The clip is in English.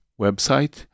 website